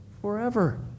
forever